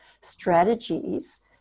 strategies